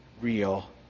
real